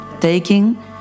taking